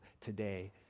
today